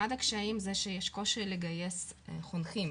אחד הקשיים זה שיש קושי לגייס חונכים,